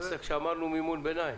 כשאמרנו מימון ביניים.